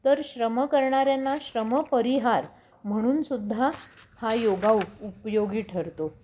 तर श्रम करणाऱ्यांना श्रमपरिहार म्हणून सुद्धा हा योगा उप उपयोगी ठरतो